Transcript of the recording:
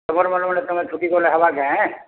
ତମର୍ ମନେ ମନେ ତମେ ଛୁଟି କଲେ ହେବା କାଏଁ